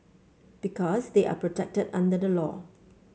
because they are protected under the law